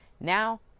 now